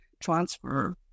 transfer